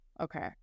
Okay